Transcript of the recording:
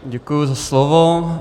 Děkuji za slovo.